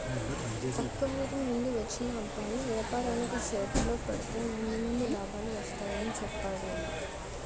పక్క ఊరి నుండి వచ్చిన అబ్బాయి వేపారానికి షేర్లలో పెడితే ముందు ముందు లాభాలు వస్తాయని చెప్పేడు